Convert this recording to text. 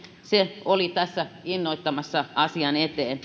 se oli tässä innoittamassa asiaa